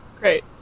Great